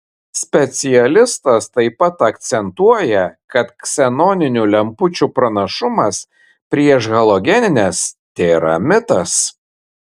specialistas taip pat akcentuoja kad ksenoninių lempučių pranašumas prieš halogenines tėra mitas